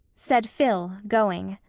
said phil, going.